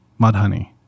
Mudhoney